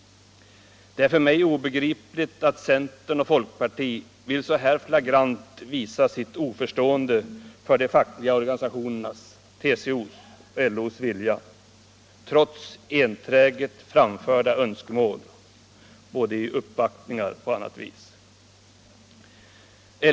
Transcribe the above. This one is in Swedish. Det är för mig obegripligt att centern och folkpartiet vill så här flagrant visa sin bristande förståelse för de fackliga organisationernas, TCO:s och LO:s, vilja, trots enträget framförda önskemål både i uppvaktningar och på annat vis.